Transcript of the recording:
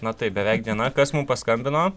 na taip beveik diena kas mum paskambino